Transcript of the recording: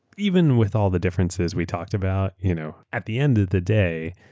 even with all the differences we talked about, you know at the end of the day,